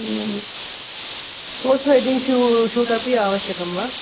post wedding shoot अपि आवश्यकम् वा